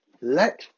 Let